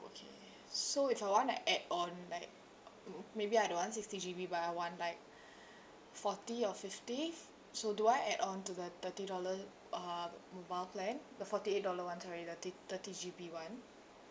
okay so if I want to add on like mm maybe I don't want sixty G_B but I want like forty or fifty so do I add on to the thirty dollar uh mobile plan the forty eight dollar one sorry the thi~ thirty G_B one